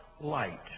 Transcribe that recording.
light